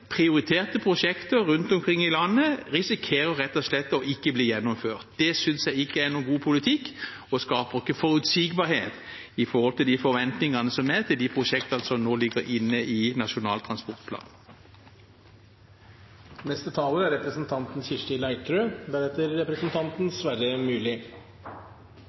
prioriterte prosjekter rundt omkring i landet risikerer rett og slett å ikke bli gjennomført. Det synes jeg ikke er noen god politikk, og det skaper ikke forutsigbarhet i forhold til de forventningene som er til de prosjektene som nå ligger inne i Nasjonal